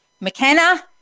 McKenna